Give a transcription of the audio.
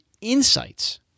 insights